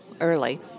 early